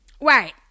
Right